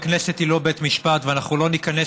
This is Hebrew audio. הכנסת היא לא בית משפט ואנחנו לא ניכנס